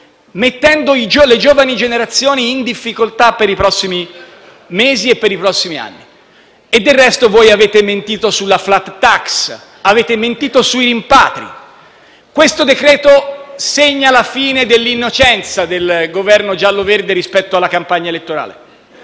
mettendo le giovani generazioni in difficoltà per i prossimi mesi e per i prossimi anni. Del resto, voi avete mentito sulla *flat tax* e avete mentito sui rimpatri. Questo decreto-legge segna la fine dell'innocenza del Governo giallo-verde rispetto alla campagna elettorale.